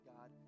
God